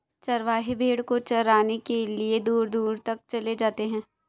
चरवाहे भेड़ को चराने के लिए दूर दूर तक चले जाते हैं